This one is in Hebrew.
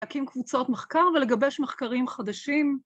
‫להקים קבוצות מחקר ‫ולגבש מחקרים חדשים.